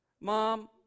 Mom